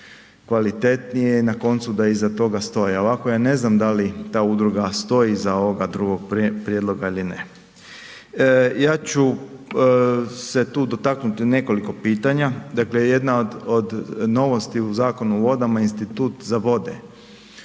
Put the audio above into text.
odredi kvalitetnije i na koncu da iza toga stoje, ovako ja ne znam da li ta udruga stoji iza ovoga drugog prijedloga ili ne. Ja ću se tu dotaknuti nekoliko pitanja, dakle jedna od novosti u Zakonu o vodama je institut za vode,